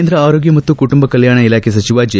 ಕೇಂದ್ರ ಆರೋಗ್ಯ ಮತ್ತು ಕುಟುಂಬ ಕಲ್ಲಾಣ ಇಲಾಖೆ ಸಚಿವ ಜಿ